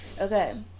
Okay